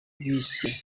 bise